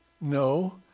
No